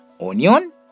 onion